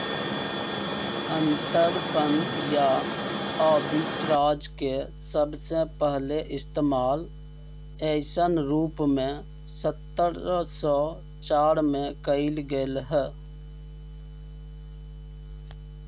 अंतरपणन या आर्बिट्राज के सबसे पहले इश्तेमाल ऐसन रूप में सत्रह सौ चार में कइल गैले हल